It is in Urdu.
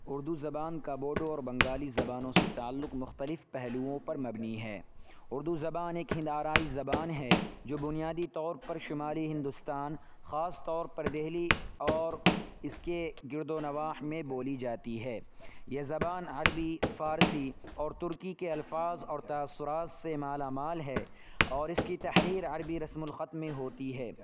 اردو زبان کا بوڈو اور بنگالی زبانوں سے تعلق مختلف پہلوؤں پر مبنی ہے اردو زبان ایک ہند آرائی زبان ہے جو بنیادی طور پر شمالی ہندوستان خاص طور پر دہلی اور اس کے گرد و نواح میں بولی جاتی ہے یہ زبان عربی فارسی اور ترکی کے الفاظ اور تاثرات سے مالا مال ہے اور اس کی تحریر عربی رسم الخط میں ہوتی ہے